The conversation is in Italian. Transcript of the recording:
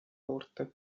morte